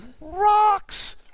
rocks